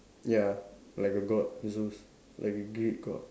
ya like a god Zeus like a Greek God